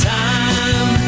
time